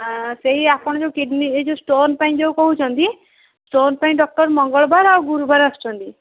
ଅଁ ସେଇ ଆପଣ ଯେଉଁ କିଡ଼ନି ଏଇ ଯେଉଁ ଷ୍ଟୋନ୍ ପାଇଁ ଯେଉଁ କହୁଛନ୍ତି ଷ୍ଟୋନ୍ ପାଇଁ ଡକ୍ଟର୍ ମଙ୍ଗଳବାର ଆଉ ଗୁରୁବାର ଆସୁଛନ୍ତି